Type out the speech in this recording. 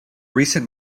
recent